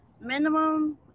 minimum